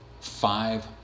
five